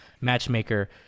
matchmaker